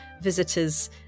visitors